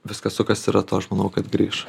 viskas sukasi ratu aš manau kad grįš